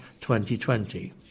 2020